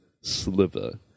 sliver